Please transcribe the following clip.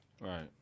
Right